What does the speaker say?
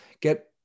get